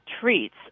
treats